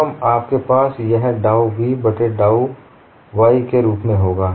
एवं आपके पास यह डाउ v बट्टे डाउ y के रुप मे होगा